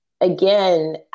again